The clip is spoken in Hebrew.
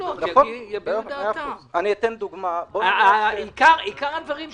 חמישה אחוזים משני טריליון זה